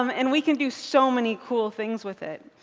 um and we can do so many cool things with it.